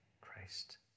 Christ